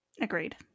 Agreed